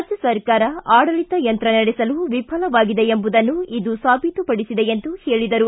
ರಾಜ್ಯ ಸರ್ಕಾರ ಆಡಳಿತ ಯಂತ್ರ ನಡೆಸಲು ವಿಫಲವಾಗಿದೆ ಎಂಬುದನ್ನು ಇದು ಸಾಬೀತುಪಡಿಸಿದೆ ಎಂದು ಹೇಳಿದರು